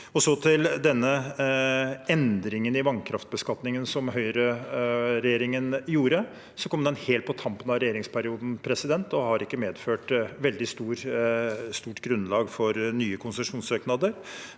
i Norge. Endringen i vannkraftbeskatningen som Høyre-regjeringen gjorde, kom helt på tampen av regjeringsperioden og har ikke medført et veldig stort grunnlag for nye konsesjonssøknader.